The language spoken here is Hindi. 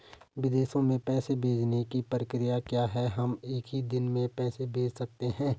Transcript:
विदेशों में पैसे भेजने की प्रक्रिया क्या है हम एक ही दिन में पैसे भेज सकते हैं?